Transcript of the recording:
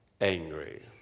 angry